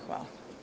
Hvala.